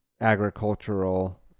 agricultural